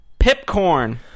Pipcorn